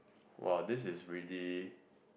!wow! this is really